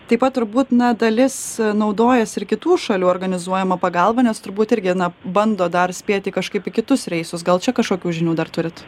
taip pat turbūt na dalis naudojasi ir kitų šalių organizuojama pagalba nes turbūt irgi na bando dar spėti kažkaip į kitus reisus gal čia kažkokių žinių dar turit